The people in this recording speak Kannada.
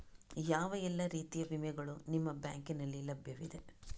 ಯಾವ ಎಲ್ಲ ರೀತಿಯ ವಿಮೆಗಳು ನಿಮ್ಮ ಬ್ಯಾಂಕಿನಲ್ಲಿ ಲಭ್ಯವಿದೆ?